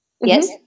yes